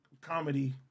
comedy